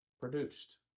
produced